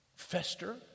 fester